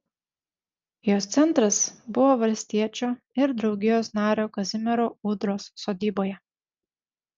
jos centras buvo valstiečio ir draugijos nario kazimiero ūdros sodyboje